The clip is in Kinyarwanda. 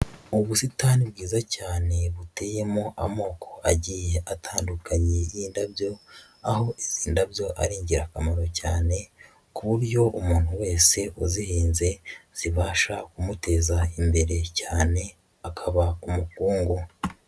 Ubusitani bwiza cyane buteyemo amoko agiye atandukanye y'indabyo, aho izi ndabyo ari ingirakamaro cyane, ku buryo umuntu wese uzihinze zibasha kumuteza imbere cyane akaba umukungu.